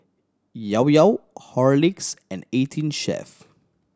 Llao Llao Horlicks and Eighteen Chef